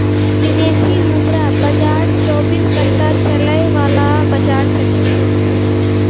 विदेशी मुद्रा बाजार चौबीस घंटा चलय वाला बाजार छेकै